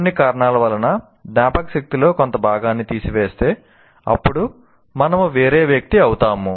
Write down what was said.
కొన్ని కారణాల వలన జ్ఞాపకశక్తిలో కొంత భాగాన్ని తీసివేస్తే అప్పుడు మనము వేరే వ్యక్తి అవుతాము